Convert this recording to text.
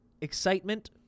excitement